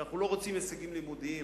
כי אנחנו לא רוצים הישגים לימודיים